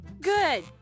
Good